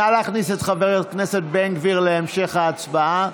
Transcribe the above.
נא להכניס את חבר כנסת בן גביר להמשך ההצבעה.